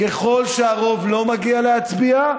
ככל שהרוב לא מגיע להצביע,